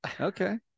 Okay